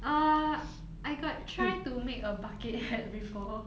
err I got try to make a bucket hat before